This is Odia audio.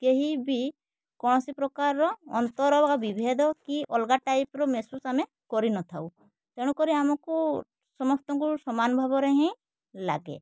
କେହି ବି କୌଣସି ପ୍ରକାର ଅନ୍ତର ବା ବିଭେଦ କି ଅଲଗା ଟାଇପର ମେହେସୁସ ଆମେ କରିନଥାଉ ତେଣୁ କରି ଆମକୁ ସମସ୍ତଙ୍କୁ ସମାନ ଭାବରେ ହିଁ ଲାଗେ